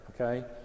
okay